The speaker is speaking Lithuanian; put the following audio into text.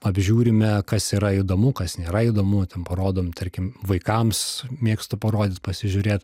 apžiūrime kas yra įdomu kas nėra įdomu ten parodom tarkim vaikams mėgstu parodyt pasižiūrėt